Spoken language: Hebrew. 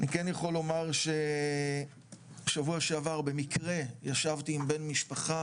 אני כן יכול לומר ששבוע שעבר במקרה ישבתי עם בן משפחה